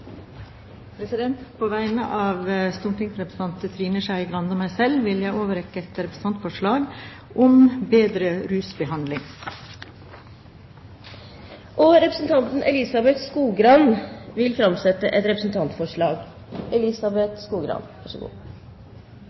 På vegne av stortingsrepresentant Trine Skei Grande og meg selv vil jeg overrekke et representantforslag om bedre rusbehandling. Representanten Elizabeth Skogrand vil framsette et representantforslag.